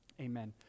amen